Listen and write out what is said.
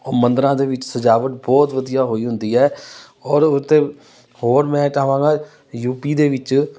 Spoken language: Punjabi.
ਉਹ ਮੰਦਰਾਂ ਦੇ ਵਿੱਚ ਸਜਾਵਟ ਬਹੁਤ ਵਧੀਆ ਹੋਈ ਹੁੰਦੀ ਹੈ ਔਰ ਉੱਥੇ ਹੋਰ ਮੈਂ ਚਾਹਵਾਂਗਾ ਯੂ ਪੀ ਦੇ ਵਿੱਚ